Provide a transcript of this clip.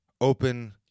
open